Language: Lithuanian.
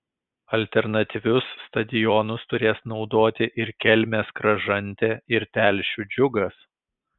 alternatyvius stadionus turės naudoti ir kelmės kražantė ir telšių džiugas